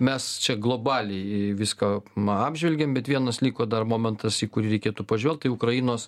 mes čia globaliai viską apžvelgėm bet vienas liko dar momentas į kurį reikėtų pažvelgt tai ukrainos